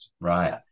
Right